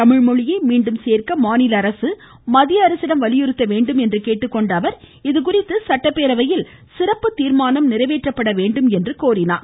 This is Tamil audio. தமிழ்மொழியை மீண்டும் சேர்க்க மாநில அரசு மத்திய அரசிடம் வலியுறுத்த வேண்டும் என்று கேட்டுக்கொண்ட அவர் இதுகுறித்து சட்டப்பேரவையில் சிறப்பு தீர்மானம் நிறைவேற்றப்பட வேண்டும் என்றும் கேட்டுக்கொண்டார்